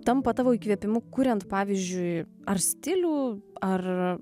tampa tavo įkvėpimu kuriant pavyzdžiui ar stilių ar